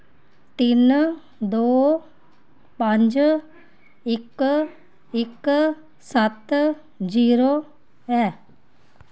तिन्न दो पंज इक इक सत्त जीरो ऐ